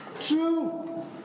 True